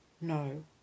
No